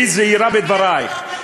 היי זהירה בדברייך,